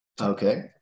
Okay